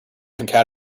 different